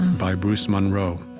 by bruce munro,